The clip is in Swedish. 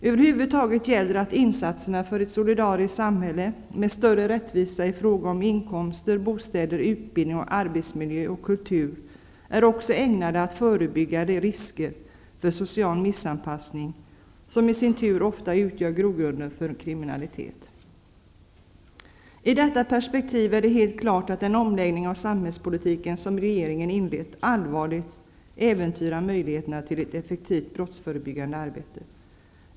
Över huvud taget gäller att insatserna för ett solidariskt samhälle, med större rättvisa i fråga om inkomster, bostäder, utbildning, arbetsmiljö och kultur, också är ägnade att förebygga de risker för social missanpassning som i sin tur ofta utgör grogrunden för kriminalitet. I detta perspektiv är det helt klart att den omläggning av samhällspolitiken som regeringen inlett allvarligt äventyrar möjligheterna till ett effektivt brottsförebyggande arbete.